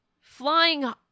flying